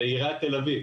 זו עיריית תל אביב.